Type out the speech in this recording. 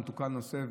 גם תוקן הנושא,